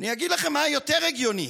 אני אגיד לכם מה יותר הגיוני.